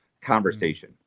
conversation